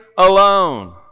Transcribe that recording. alone